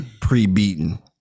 pre-beaten